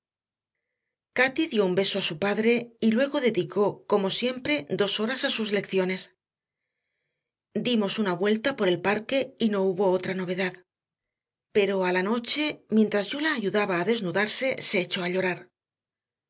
cati dio un beso a su padre y luego dedicó como siempre dos horas a sus lecciones dimos una vuelta por el parque y no hubo otra novedad pero a la noche mientras yo la ayudaba a desnudarse se echó a llorar